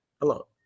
hello